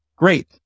Great